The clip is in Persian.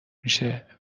میشه